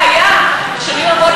הראיה, שהנה באות